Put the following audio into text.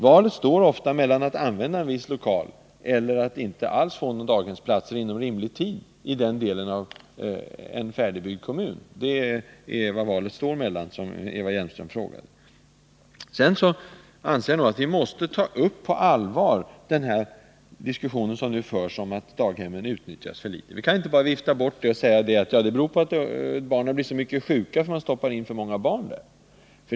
Valet står ofta mellan att använda en viss lokal eller att inte alls få några daghemsplatser inom rimlig tid i en färdigbyggd kommun. Vi måste på allvar ta upp diskussionen om att daghemmen utnyttjas för litet. Vi kan inte bara vifta bort sådana påståenden genom att säga att detta beror på att barnen blir sjuka därför att man stoppar in för många barn på varje daghem.